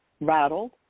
rattled